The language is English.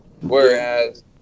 whereas